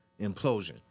implosion